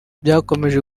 byakomeje